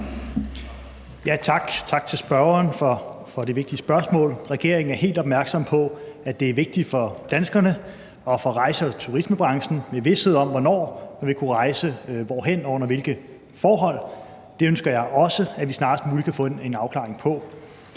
tak til spørgeren for det vigtige spørgsmål. Regeringen er helt opmærksom på, at det er vigtigt for danskerne og for rejse- og turismebranchen med vished om, hvornår man vil kunne rejse hvorhen og under hvilke forhold. Det ønsker jeg også vi snarest muligt kan få en afklaring på.